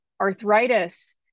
arthritis